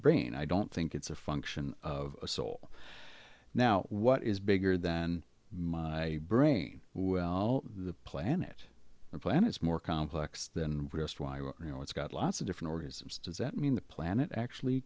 brain i don't think it's a function of a soul now what is bigger than my brain the planet or planets more complex than you know it's got lots of different organisms does that mean the planet actually